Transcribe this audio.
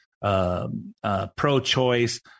Pro-choice